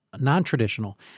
non-traditional